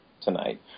tonight